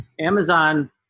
Amazon